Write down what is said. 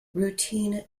routine